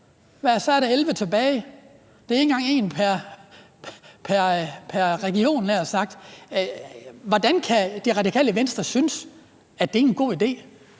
Så er der 16 tilbage. Det er ikke engang et pr. region. Hvordan kan Det Radikale Venstre synes, at det er en god idé?